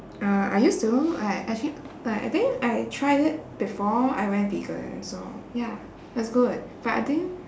uh I used to like actually like I think I tried it before I went vegan so it was good but I think